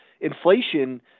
inflation